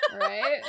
right